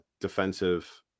defensive